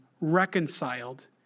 reconciled